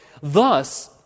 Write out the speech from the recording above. Thus